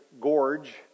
gorge